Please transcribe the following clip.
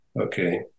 Okay